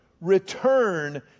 return